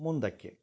ಮುಂದಕ್ಕೆ